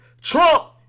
trump